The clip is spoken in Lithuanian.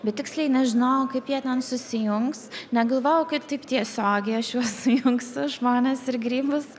bet tiksliai nežinojau kaip jie ten susijungs negalvojau kaip taip tiesiogiai aš juos sujungsiu žmones ir grybus